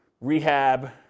rehab